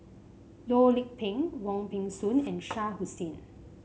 Loh Lik Peng Wong Peng Soon and Shah Hussain